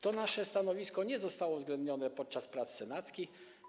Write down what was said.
To nasze stanowisko nie zostało uwzględnione podczas prac senackich.